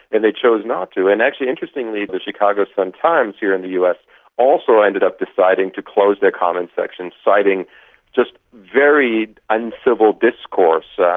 and they chose not to. and actually interestingly the chicago sun times here in the us also ended up deciding to close their comments section, citing just very uncivil uncivil discourse,